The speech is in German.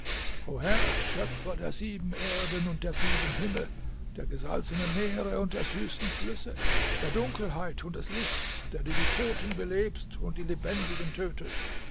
herr schöpfer der sieben erden und der sieben himmel der gesalzenen meere und der süßen flüsse der dunkelheit und des lichts der du die toten belebst und die lebendigen tötest